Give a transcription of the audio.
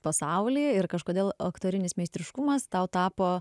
pasaulį ir kažkodėl aktorinis meistriškumas tau tapo